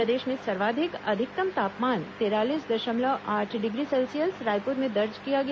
प्रदेश में सर्वाधिक अधिकतम तापमान तिरालीस दशमलव आठ डिग्री सेल्सियस रायपुर में दर्ज किया गया